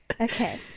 Okay